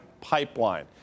pipeline